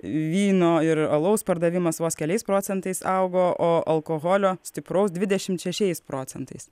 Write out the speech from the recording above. vyno ir alaus pardavimas vos keliais procentais augo o alkoholio stipraus dvidešim šešiais procentais